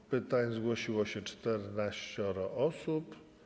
Do pytań zgłosiło się 14 osób.